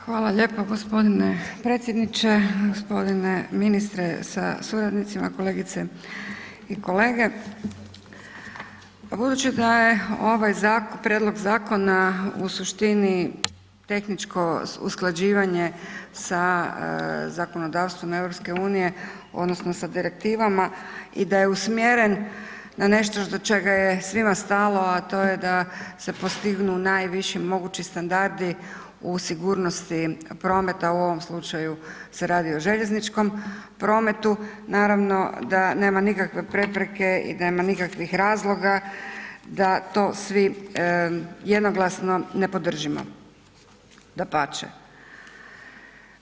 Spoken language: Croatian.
Hvala lijepa g. predsjedniče, g. ministre sa suradnicima, kolegice i kolege, pa budući da je ovaj prijedlog zakona u suštini tehničko usklađivanje sa zakonodavstvom EU odnosno sa direktivama i da je usmjeren na nešto do čega je svima stalo, a to je da se postignu najviši mogući standardi u sigurnosti prometa, u ovom slučaju se radi o željezničkom prometu, naravno da nema nikakve prepreke i da nema nikakvih razloga da to svi jednoglasno ne podržimo, dapače.